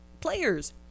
players